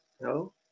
No